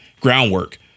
groundwork